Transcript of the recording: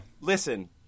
listen